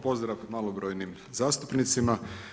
Pozdrav malobrojnim zastupnicima.